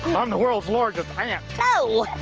i'm the world's largest hand. so